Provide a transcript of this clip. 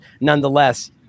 nonetheless